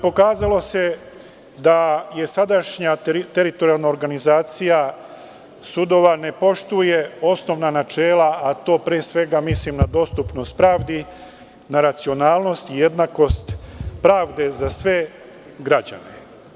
Pokazalo se da sadašnja teritorijalna organizacija sudova ne poštuje osnovna načela, a tu pre svega mislim na dostupnost pravdi, na racionalnost i jednakost pravde za sve građane.